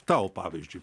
tau pavyzdžiui